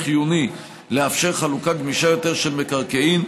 חיוני לאפשר חלוקה גמישה יותר של מקרקעין,